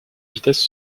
vitesse